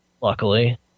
Luckily